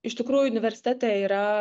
iš tikrųjų universitete yra